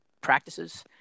practices